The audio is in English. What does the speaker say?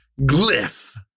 Glyph